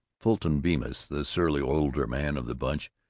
fulton bemis, the surly older man of the bunch,